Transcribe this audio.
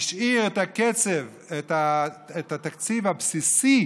השאיר את התקציב הבסיסי